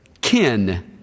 kin